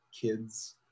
kids